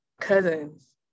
cousins